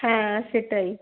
হ্যাঁ সেটাই